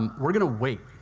um we are going to wait,